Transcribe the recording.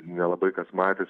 nelabai kas matęs